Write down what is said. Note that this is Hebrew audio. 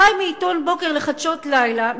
חי מעיתון בוקר לחדשות לילה,